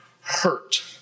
hurt